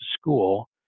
school